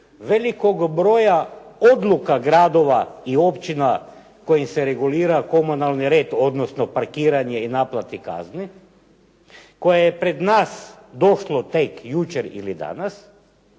velikog broja odluka gradova i općina kojima se regulira komunalni red odnosno parkiranje i naplati kazni, koje je pred nas došlo tek jučer ili danas,